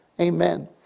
Amen